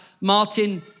Martin